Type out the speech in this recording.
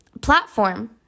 platform